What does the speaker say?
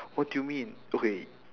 what do you mean okay